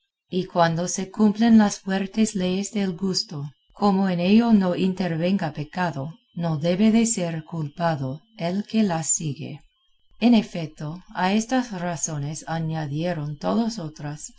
y cuando se cumplen las fuertes leyes del gusto como en ello no intervenga pecado no debe de ser culpado el que las sigue en efeto a estas razones añadieron todos otras